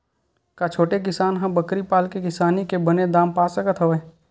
का छोटे किसान ह बकरी पाल के किसानी के बने दाम पा सकत हवय?